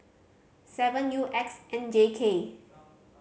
seven U X N J K